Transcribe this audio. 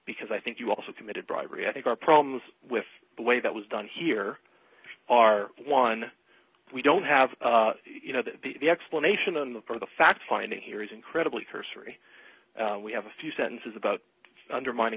because i think you also committed bribery i think our problems with the way that was done here are one we don't have you know the explanation and the for the fact finding here is incredibly cursory we have a few sentences about undermining